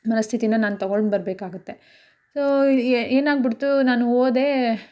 ಮನಸ್ಥಿತಿನ ನಾನು ತಗೊಂಡುಬರ್ಬೇಕಾಗುತ್ತೆ ಸೋ ಏನಾಗ್ಬಿಡ್ತು ನಾನು ಹೋದೆ